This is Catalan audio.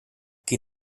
qui